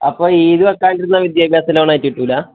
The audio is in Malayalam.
അപ്പോൾ ഈട് വയ്ക്കാണ്ടിരുന്നാൽ വിദ്യാഭ്യാസ ലോൺ ആയിട്ട് കിട്ടില്ലേ